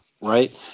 Right